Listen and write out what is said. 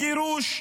הוא גירוש.